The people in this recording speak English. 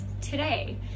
today